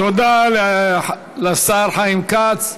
תודה לשר חיים כץ,